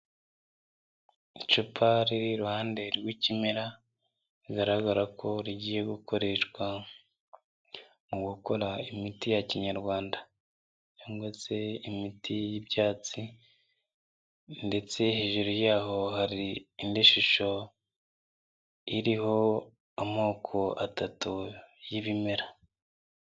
Icupa riri iruhande rw'ikimera, rigaragara ko rigiye gukoreshwa mu gukora imiti ya kinyarwanda, cyangwa se imiti y'ibyatsi, ndetse hejuru y'aho, hari indi shusho iriho amoko atatu y'ibimera.